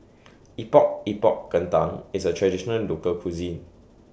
Epok Epok Kentang IS A Traditional Local Cuisine